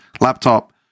laptop